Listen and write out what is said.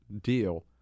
deal